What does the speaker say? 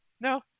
No